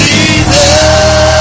Jesus